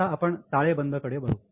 आता आपण ताळेबंद कडे वळू